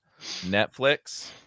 Netflix